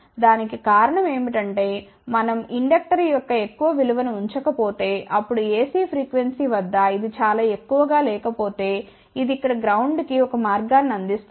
దానికి కారణం ఏమిటంటే మనం ఇండక్టర్ యొక్క ఎక్కువ విలువను ఉంచకపోతే అప్పుడు AC ఫ్రీక్వెన్సీ వద్ద ఇది చాలా ఎక్కువగా లేకపోతే ఇది ఇక్కడ గ్రౌండ్ కి ఒక మార్గాన్ని అందిస్తుంది